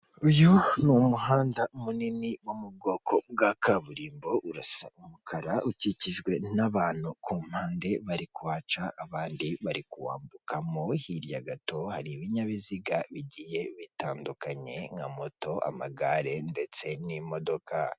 Uyu ni umuhanda munini wo mu bwoko bwa kaburimbo, urasa umukara, ukikijwe n'abantu ku mpande bari kuhaca, abandi bari kuwambukamo, hirya gato hari ibinyabiziga bigiye bitandukanye nka moto, amagare ndetse n'imodoka.